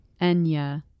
Enya